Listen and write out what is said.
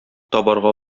табарга